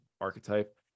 archetype